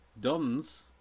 dons